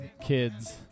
kids